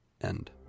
End